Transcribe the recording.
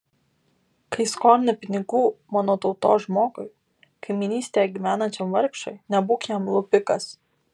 kai skolini pinigų mano tautos žmogui kaimynystėje gyvenančiam vargšui nebūk jam lupikas